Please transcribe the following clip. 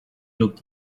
looked